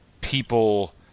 people